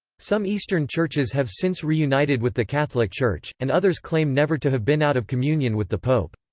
some eastern churches have since reunited with the catholic church, and others claim never to have been out of communion with the pope.